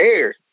air